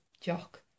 jock